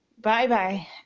Bye-bye